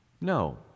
No